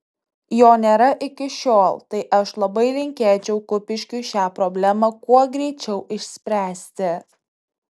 jo nėra iki šiol tai aš labai linkėčiau kupiškiui šią problemą kuo greičiau išspręsti